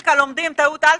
בסטטיסטיקה לומדים טעות אלפא,